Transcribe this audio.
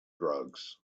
drugs